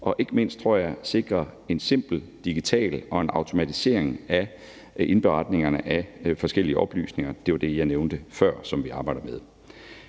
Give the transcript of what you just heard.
tror jeg, at sikre en simpel, digital og automatiseret indberetning af forskellige oplysninger. Det var det, jeg nævnte før, at vi arbejder med.